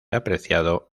apreciado